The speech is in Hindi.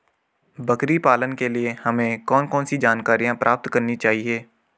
बकरी पालन के लिए हमें कौन कौन सी जानकारियां प्राप्त करनी चाहिए?